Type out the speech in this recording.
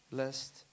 Blessed